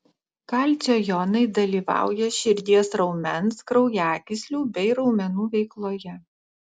kalcio jonai dalyvauja širdies raumens kraujagyslių bei raumenų veikloje